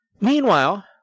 Meanwhile